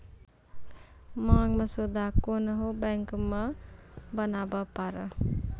मांग मसौदा कोन्हो बैंक मे बनाबै पारै